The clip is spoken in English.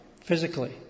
physically